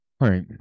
right